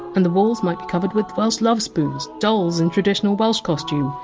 and the walls might be covered with welsh love spoons, dolls in traditional welsh costume,